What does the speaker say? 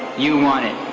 you want it.